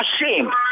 ashamed